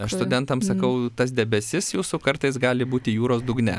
aš studentam sakau tas debesis jūsų kartais gali būti jūros dugne